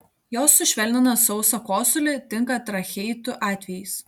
jos sušvelnina sausą kosulį tinka tracheitų atvejais